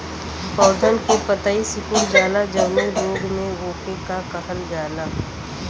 पौधन के पतयी सीकुड़ जाला जवने रोग में वोके का कहल जाला?